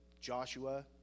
Joshua